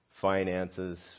finances